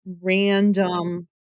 random